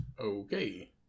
Okay